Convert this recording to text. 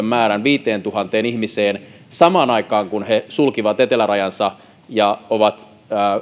määrän viiteentuhanteen ihmiseen samaan aikaan kun he sulkivat etelärajansa ja ovat